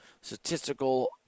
Statistical